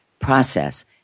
process